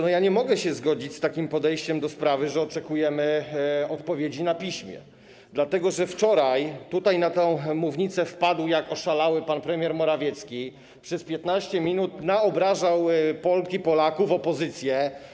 Nie mogę się zgodzić z takim podejściem do sprawy, że oczekujemy odpowiedzi na piśmie, dlatego że wczoraj na tę mównicę wpadł jak oszalały pan premier Morawiecki, który przez 15 minut obrażał Polki i Polaków, opozycję.